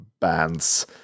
bands